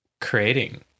creating